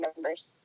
members